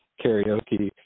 karaoke